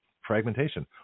fragmentation